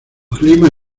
clima